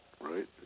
right